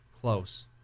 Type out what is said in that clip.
Close